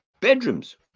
Bedrooms